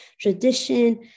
tradition